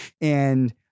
And-